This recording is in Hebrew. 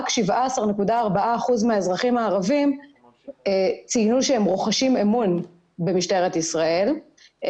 רק 17.4% מהאזרחים הערבים ציינו שהם רוחשים אמון במשטרת ישראל.